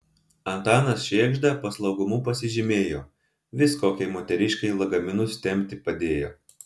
antanas šėgžda paslaugumu pasižymėjo vis kokiai moteriškei lagaminus tempti padėjo